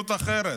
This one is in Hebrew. במציאות אחרת.